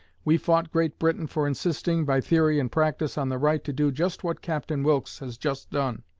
we fought great britain for insisting, by theory and practise, on the right to do just what captain wilkes has just done.